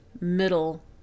middle